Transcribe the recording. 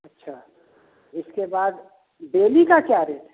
अच्छा इसके बाद बेली का क्या रेट है